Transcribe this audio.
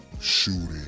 Shooting